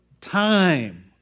time